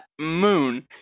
Moon